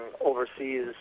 overseas